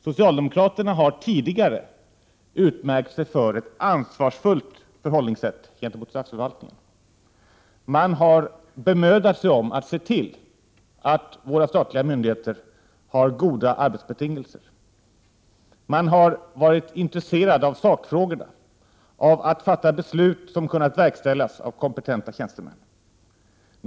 Socialdemokraterna har tidigare utmärkt sig för ett ansvarsfullt förhållningssätt gentemot statsförvaltningen. Man har bemödat sig om att se till att våra statliga myndigheter har goda arbetsbetingelser. Man har varit intresserad av sakfrågorna, av att fatta beslut som kunnat verkställas av kompetenta tjänstemän.